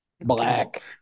black